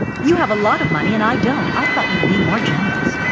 you have a lot of money and i don't. i thought you'd be more generous.